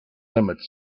limits